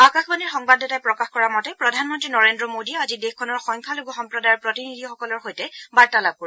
আকাশবাণীৰ সংবাদদাতাই প্ৰকাশ কৰা মতে প্ৰধানমন্ত্ৰী নৰেন্দ্ৰ মোডীয়ে আজি দেশখনৰ সংখ্যালঘু সম্প্ৰদায়ৰ প্ৰতিনিধিসকলৰ সৈতে বাৰ্তালাপ কৰিব